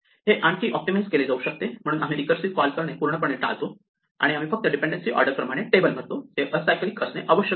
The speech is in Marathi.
हे आणखी ऑप्टिमाइझ केले जाऊ शकते म्हणून आम्ही रिकर्सिव कॉल करणे पूर्णपणे टाळतो आणि आम्ही फक्त डिपेंडेन्सी ऑर्डर प्रमाणे टेबल भरतो जे अॅसायक्लिक असणे आवश्यक आहे